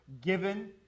given